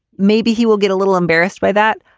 maybe he will get a little embarrassed by that.